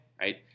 right